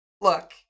Look